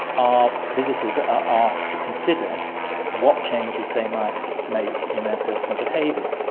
our visitors are asked to consider what changes they might make in their personal behaviour.